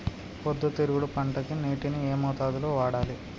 పొద్దుతిరుగుడు పంటకి నీటిని ఏ మోతాదు లో వాడాలి?